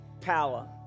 power